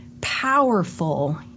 powerful